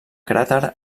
cràter